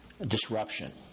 disruption